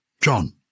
John